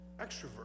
Extrovert